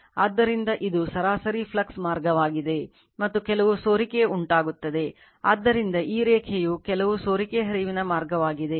ಆದ್ದರಿಂದ ಇದು ಸರಾಸರಿ ಫ್ಲಕ್ಸ್ ಮಾರ್ಗವಾಗಿದೆ ಮತ್ತು ಕೆಲವು ಸೋರಿಕೆ ಉಂಟಾಗುತ್ತದೆ ಆದ್ದರಿಂದ ಈ ರೇಖೆಯು ಕೆಲವು ಸೋರಿಕೆ ಹರಿವಿನ ಮಾರ್ಗವಾಗಿದೆ